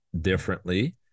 differently